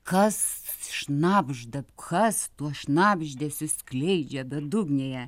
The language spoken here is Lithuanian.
kas šnabžda kas tuos šnabždesius skleidžia bedugnėje